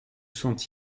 sont